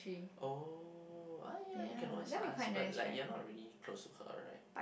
oh !aiya! you can always ask but like you're not really close to her right